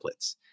templates